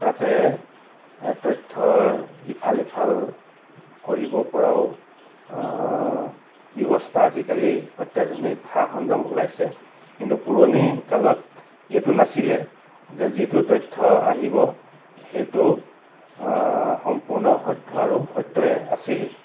তাতে তথ্যৰ ইফাল ইফাল কৰিব পৰাও ব্যৱস্থা আজিকালি অত্যাধুনিক সা সৰঞ্জাম ওলাইছে কিন্তু পুৰণি কালত এইটো নাছিলে যে যিটো তথ্য আহিব সেইটো সম্পূৰ্ণ সত্য আৰু সত্যই আছিল